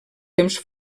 temps